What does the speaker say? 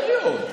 יכול להיות.